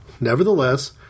Nevertheless